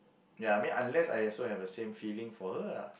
ya I mean unless I also have the same feeling for her lah